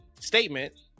Statement